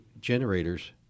generators